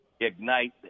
ignite